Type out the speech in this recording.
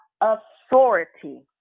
authority